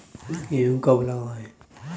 गेहूँ कब लगाएँ?